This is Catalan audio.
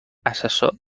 assessor